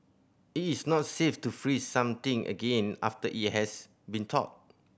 it is not safe to freeze something again after it has been thawed